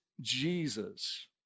Jesus